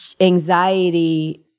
anxiety